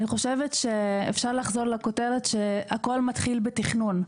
אני חושבת שאפשר לחזור לכותרת שהכל מתחיל בתכנון,